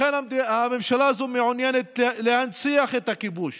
הממשלה הזו מעוניינת להנציח את הכיבוש